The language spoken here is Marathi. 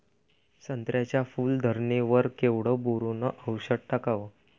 संत्र्याच्या फूल धरणे वर केवढं बोरोंन औषध टाकावं?